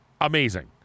amazing